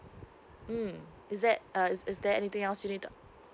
mm is that uh is is there anything else you need to